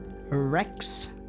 Rex